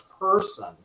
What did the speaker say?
person